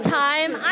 time